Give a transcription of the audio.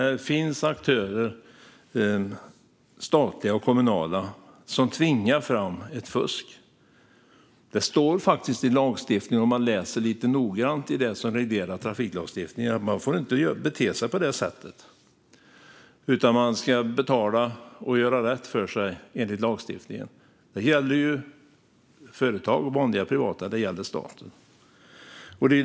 Det finns statliga och kommunala aktörer som tvingar fram ett fusk. Läser man lite noga i det som reglerar trafiklagstiftningen står det att man inte får bete sig på det sättet, utan man ska betala och göra rätt för sig. Det gäller såväl privata som statliga företag.